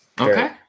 Okay